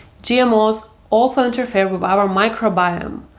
gmos also interfere with our microbiome.